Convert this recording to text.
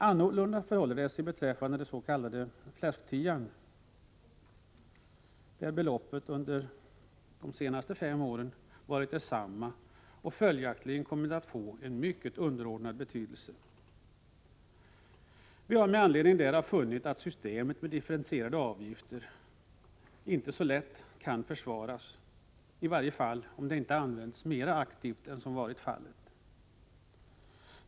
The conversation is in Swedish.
Annorlunda förhåller det sig beträffande den s.k. fläsk-tian, där beloppet under de senaste fem åren har varit detsamma och följaktligen kommit att få mycket underordnad betydelse. Vi har med anledning därav funnit att systemet med differentierade avgifter inte så lätt kan försvaras, i varje fall om det inte används mera aktivt än som varit fallet.